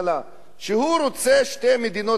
שהוא רוצה שתי מדינות לשני עמים?